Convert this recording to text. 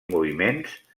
moviments